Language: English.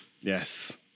Yes